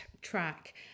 track